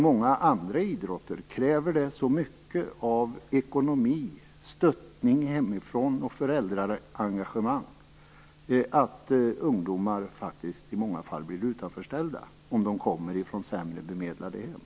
Många andra idrotter kräver så mycket av ekonomi, stöd hemifrån och föräldraengagemang att ungdomar faktiskt i många fall blir utanförställda om de kommer från sämre bemedlade hem.